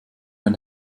eine